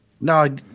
No